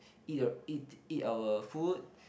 eat a eat our food